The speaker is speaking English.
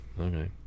okay